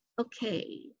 Okay